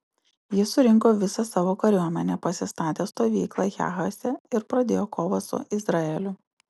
jis surinko visą savo kariuomenę pasistatė stovyklą jahace ir pradėjo kovą su izraeliu